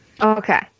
Okay